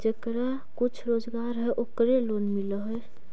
जेकरा कुछ रोजगार है ओकरे लोन मिल है?